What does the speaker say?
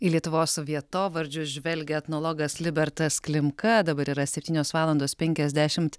į lietuvos vietovardžius žvelgia etnologas libertas klimka dabar yra septynios valandos penkiasdešimt